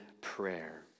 prayer